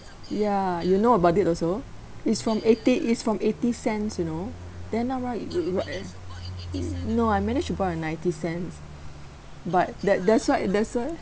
ya you know about it also it's from eighty it's from eighty cents you know then now right w~ w~ what a~ no I manage to bought at ninety cents but that that's why that's why